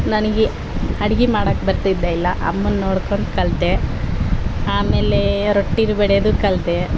ನನಗೆ ಅಡಿಗೆ ಮಾಡೋಕ್ ಬರ್ತಿದ್ದೆ ಇಲ್ಲ ಅಮ್ಮನ ನೋಡ್ಕೊಂಡ್ ಕಲಿತೆ ಆಮೇಲೇ ರೊಟ್ಟಿ ಬಡಿಯೋದು ಕಲಿತೆ